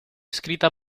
escrita